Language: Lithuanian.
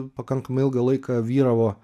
pakankamai ilgą laiką vyravo